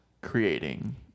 creating